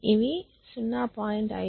ఇవి 0